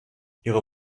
ihre